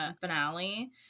finale